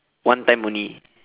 one time only